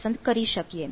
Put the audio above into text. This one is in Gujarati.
પસંદ કરી શકીએ